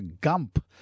Gump